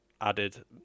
added